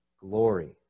glory